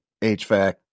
HVAC